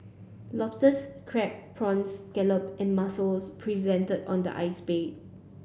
lobsters crab prawns scallop and mussels presented on the ice bed